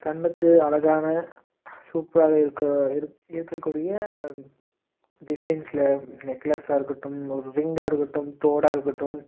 கண்ணுக்கு அழகான சூப்பராகவே இருக்க இருக் இருக்கக்கூடிய டிசைன்ஸில் நெக்லஸாக இருக்கட்டும் ஒரு ரிங்காக இருக்கட்டும் தோடாக இருக்கட்டும்